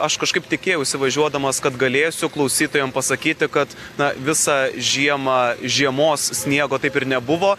aš kažkaip tikėjausi važiuodamas kad galėsiu klausytojam pasakyti kad na visą žiemą žiemos sniego taip ir nebuvo